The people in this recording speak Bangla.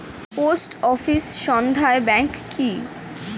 পোস্ট অফিস সঞ্চয় ব্যাংক কি?